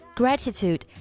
gratitude